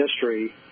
history